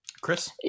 Chris